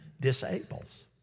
disables